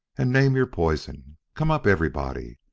and name your poison. come up, everybody.